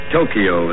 Tokyo